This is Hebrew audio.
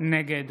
נגד